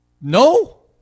No